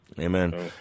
Amen